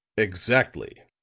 exactly,